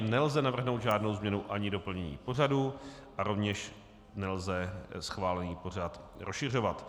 Nelze navrhnout žádnou změnu ani doplnění pořadu a rovněž nelze schválený pořad rozšiřovat.